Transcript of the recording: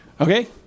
Okay